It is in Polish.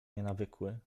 nienawykły